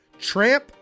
Tramp